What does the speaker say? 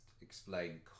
explain